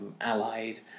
Allied